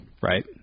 Right